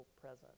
present